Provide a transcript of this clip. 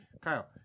Kyle